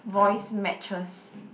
voice matches